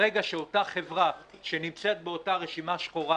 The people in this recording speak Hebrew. ברגע שאותה חברה שנמצאת באותה רשימה שחורה